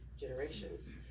generations